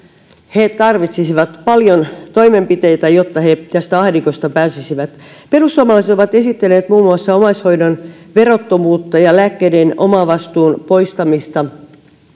he tarvitsisivat paljon toimenpiteitä jotta he tästä ahdingosta pääsisivät perussuomalaiset ovat esittäneet muun muassa omaishoidon verottomuutta ja lääkkeiden omavastuun poistamista